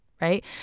right